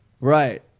Right